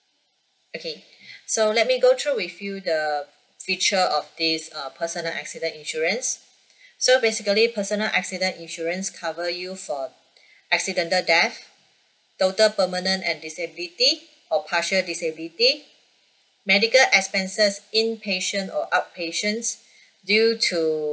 okay so let me go through with you the feature of this err personal accident insurance so basically personal accident insurance cover you for accidental death total permanent and disability or partial disability medical expenses in patient or up patience due to